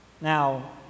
Now